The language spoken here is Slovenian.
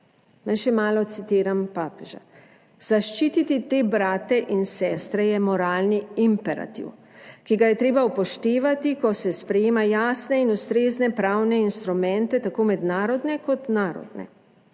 še malo citiram papeža: »Zaščititi te brate in sestre je moralni imperativ, ki ga je treba upoštevati, ko se sprejema jasne in ustrezne pravne instrumente, tako mednarodne kot narodne,